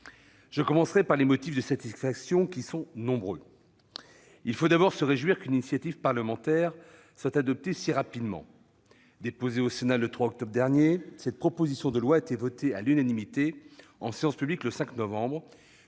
Je commencerai par les motifs de satisfaction, qui sont nombreux. Il faut d'abord se réjouir qu'une initiative parlementaire soit adoptée si rapidement. Déposée au Sénat le 3 octobre dernier, cette proposition de loi a été adoptée à l'unanimité en séance publique le 5 novembre,